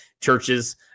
churches